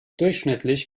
durchschnittlich